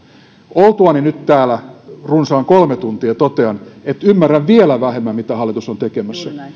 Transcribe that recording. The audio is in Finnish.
oltuani nyt täällä runsaat kolme tuntia totean että ymmärrän vielä vähemmän mitä hallitus on tekemässä